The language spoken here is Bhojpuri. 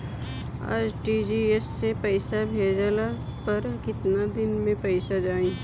आर.टी.जी.एस से पईसा भेजला पर केतना दिन मे पईसा जाई?